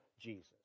Jesus